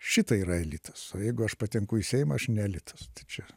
šitai yra elitas o jeigu aš patenku į seimą aš ne elitas čia